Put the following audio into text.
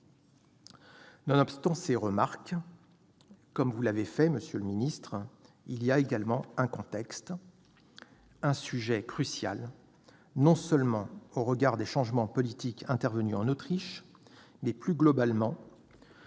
Nonobstant ces remarques, comme vous l'avez rappelé, monsieur le secrétaire d'État, il y a également un contexte, un sujet crucial, au regard non seulement des changements politiques intervenus en Autriche, mais plus globalement